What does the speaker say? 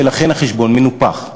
ולכן החשבון מנופח.